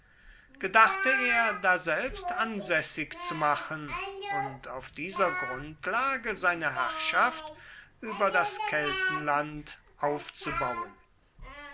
gedachte er daselbst ansässig zu machen und auf dieser grundlage seine herrschaft über das keltenland aufzubauen